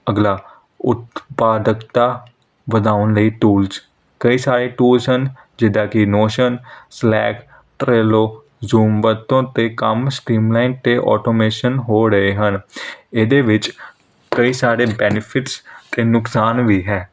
ਅਗਲਾ ਉਤਪਾਦਕਤਾ ਵਧਾਉਣ ਲਈ ਟੂਲ 'ਚ ਕਈ ਸਾਰੇ ਟੂਲਸ ਸਨ ਜਿੱਦਾਂ ਕਿ ਨੋਸਨ ਸਲੈਗ ਟਰੇਲੋ ਜੂਮ ਵਰਤੋਂ ਅਤੇ ਕੰਮ ਸਟੀਮਲਾਈਨ ਅਤੇ ਆਟੋਮੇਸ਼ਨ ਹੋ ਰਹੇ ਹਨ ਇਹਦੇ ਵਿੱਚ ਕਈ ਸਾਰੇ ਬੈਨੀਫਿਟਸ ਅਤੇ ਨੁਕਸਾਨ ਵੀ ਹੈ